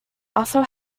also